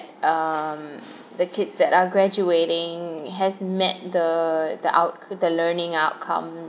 um the kids that are graduating has met the the out~ the learning outcomes